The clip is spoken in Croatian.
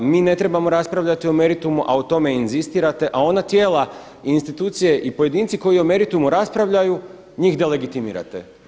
Mi ne trebamo raspravljati o meritumu, a o tome inzistirate, a ona tijela i institucije i pojedinci koji o meritumu raspravljaju njih delegitimirate.